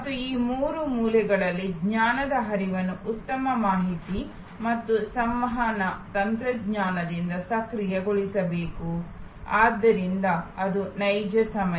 ಮತ್ತು ಈ ಮೂರು ಮೂಲೆಗಳಲ್ಲಿ ಜ್ಞಾನದ ಹರಿವನ್ನು ಉತ್ತಮ ಮಾಹಿತಿ ಮತ್ತು ಸಂವಹನ ತಂತ್ರಜ್ಞಾನದಿಂದ ಸಕ್ರಿಯಗೊಳಿಸಬೇಕು ಇದರಿಂದ ಅದು ನೈಜ ಸಮಯ